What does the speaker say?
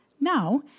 Now